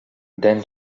then